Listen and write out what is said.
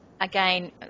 again